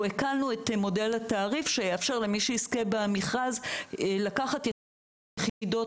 הקלנו את מודל התעריף שיאפשר למי שיזכה במכרז לקחת יחידות